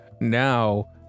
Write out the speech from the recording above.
Now